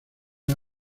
una